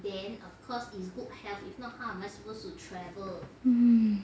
mm